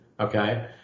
Okay